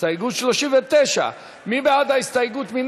הסתייגות 39, מי בעד ההסתייגות?